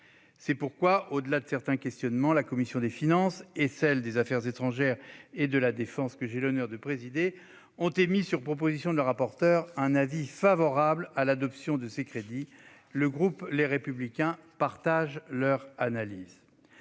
C'est pourquoi, au-delà de certains questionnements, la commission des finances et la commission des affaires étrangères et de la défense, que j'ai l'honneur de présider, ont émis, sur proposition de leurs rapporteurs, un avis favorable sur l'adoption de ces crédits. Le groupe Les Républicains partage leur analyse.